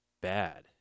bad